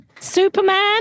Superman